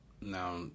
now